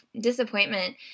disappointment